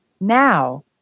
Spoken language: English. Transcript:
Now